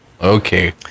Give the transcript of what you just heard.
Okay